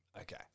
Okay